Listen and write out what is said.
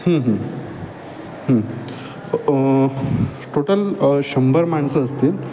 total शंभर माणसं असतील